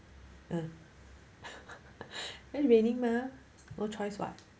it's raining mah no choice [what]